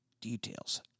Details